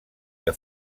que